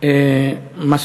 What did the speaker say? מזכיר המדינה,